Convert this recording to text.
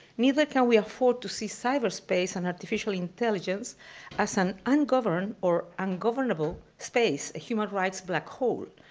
neither can we afford to see cyber space and artificial intelligence as an ungoverned or ungovernable space, a human rights black hole.